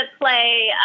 play